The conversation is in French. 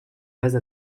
base